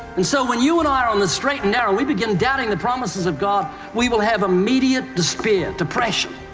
and so, when you and i are on the straight and narrow, we begin doubting the promises of god, we will have immediate despair, depression.